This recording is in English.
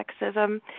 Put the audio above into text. sexism